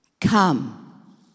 come